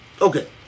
okay